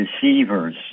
Deceivers